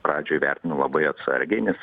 pradžioj vertinu labai atsargiai nes